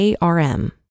ARM